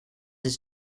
his